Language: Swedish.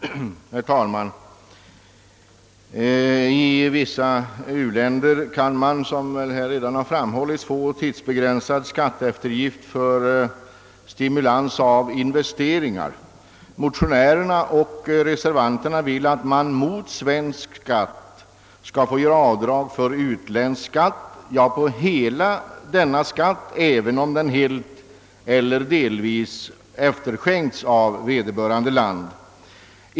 Herr talman! I vissa u-länder beviljas som här redan framhållits, tidsbegränsad skatteeftergift för stimulans av investeringar. Motionärerna och reservanterna vill att företagen i sådana fall skall från svensk skatt få göra avdrag för utländsk skatt i dess helhet, även om den har helt eller delvis efterskänkts av vederbörande land.